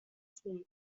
speech